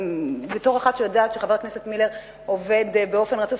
בתור אחת שיודעת שחבר הכנסת מילר עובד באופן רצוף,